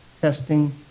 testing